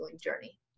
journey